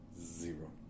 zero